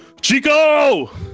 Chico